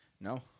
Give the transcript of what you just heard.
No